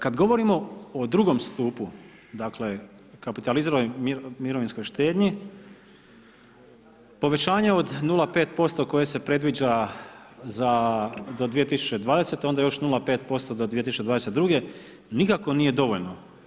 Kad govorimo o II. stupu dakle o kapitaliziranoj mirovinskoj štednji povećanje od 0.5% koje se predviđa za do 2020. onda još 0.5% do 2022. nikako nije dovoljno.